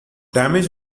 damage